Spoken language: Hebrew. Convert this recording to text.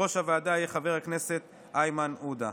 יושב-ראש הוועדה יהיה חבר הכנסת איימן עודה.